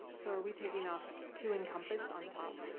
so are we taking off, to encompass on top?